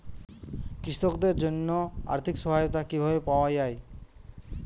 কৃষকদের জন্য আর্থিক সহায়তা কিভাবে পাওয়া য়ায়?